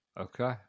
okay